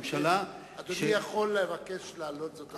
להבהיר לממשלה לא לעשות את השגיאה ביום שלישי.